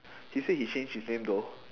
he said he changed his name though